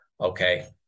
okay